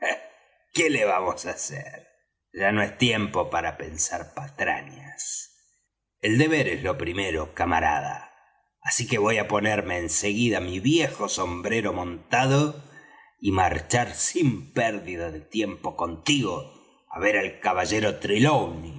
que le vamos á hacer ya no es tiempo para pensar patrañas el deber es lo primero camarada así es que voy á ponerme en seguida mi viejo sombrero montado y marchar sin pérdida de tiempo contigo á ver al caballero